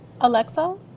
Alexa